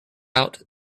out